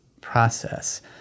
process